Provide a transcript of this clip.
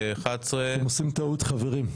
אתם עושים טעות, חברים.